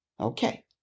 Okay